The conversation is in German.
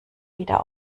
wieder